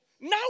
Now